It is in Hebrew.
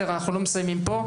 אנחנו לא מסיימים פה.